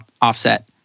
offset